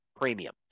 premium